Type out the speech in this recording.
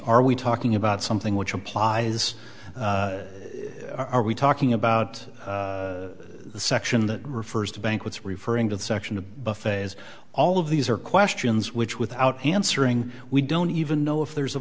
are we talking about something which implies are we talking about the section that refers to banquets referring to the section of buffets all of these are questions which without answering we don't even know if there's a